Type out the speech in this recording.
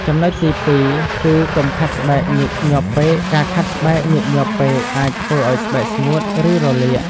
ចំណុចទីពីរគឺ កុំខាត់ស្បែកញឹកញាប់ពេក ការខាត់ស្បែកញឹកញាប់ពេកអាចធ្វើឱ្យស្បែកស្ងួត ឬរលាក។